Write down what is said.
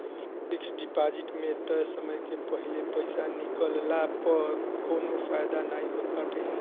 fix deposit में तय समय के पहिले पईसा निकलला पअ कवनो फायदा नाइ होत बाटे